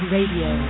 Radio